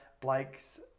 Blake's